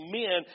men